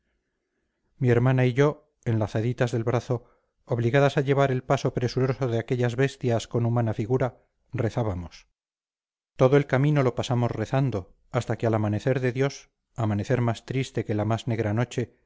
mi hermana y yo enlazaditas del brazo obligadas a llevar el paso presuroso de aquellas bestias con humana figura rezábamos todo el camino lo pasamos rezando hasta que al amanecer de dios amanecer más triste que la más negra noche